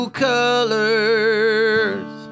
colors